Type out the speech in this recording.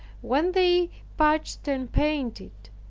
when they patched and painted,